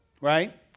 right